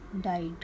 died